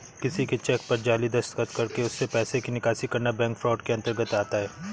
किसी के चेक पर जाली दस्तखत कर उससे पैसे की निकासी करना बैंक फ्रॉड के अंतर्गत आता है